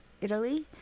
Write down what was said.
Italy